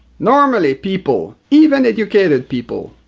normally, people, even educated people,